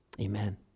Amen